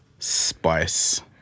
Spice